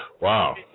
Wow